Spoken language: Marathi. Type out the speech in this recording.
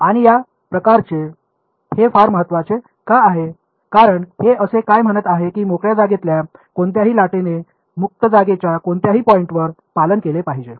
आणि या प्रकारचे हे फार महत्वाचे का आहे कारण हे असे काय म्हणत आहे की मोकळ्या जागेतल्या कोणत्याही लाटेने मुक्त जागेच्या कोणत्याही पॉइंटवर पालन केले पाहिजे